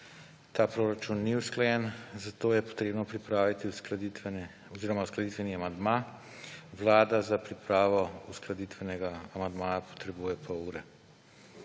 ta proračun ni usklajen, zato je treba pripraviti uskladitveni amandma. Vlada za pripravo uskladitvenega amandmaja potrebuje pol ure.